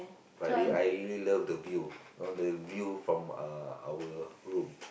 but really I really love the view you know the view from uh our room